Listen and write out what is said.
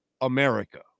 America